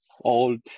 old